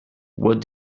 what